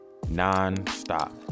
nonstop